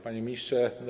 Panie Ministrze!